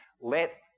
Let